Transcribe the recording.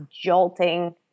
jolting